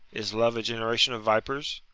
is love a generation of vipers?